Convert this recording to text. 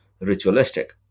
ritualistic